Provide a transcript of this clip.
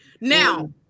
Now